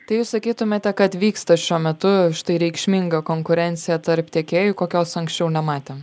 tai jūs sakytumėte kad vyksta šiuo metu štai reikšminga konkurencija tarp tiekėjų kokios anksčiau nematėm